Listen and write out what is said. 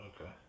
Okay